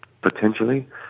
potentially